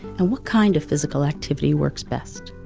and what kind of physical activity works best?